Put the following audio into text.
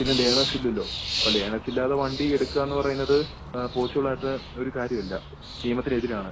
പിന്നെ ലേണേസ് ഇല്ലല്ലോ അപ്പം ലേണേസ് ഇല്ലാതെ വണ്ടി എടുക്കുക എന്ന് പറയുന്നത് പോസിബ്ള് ആയിട്ട് ഒരു കാര്യം അല്ല നിയമത്തിനെതിരാണ്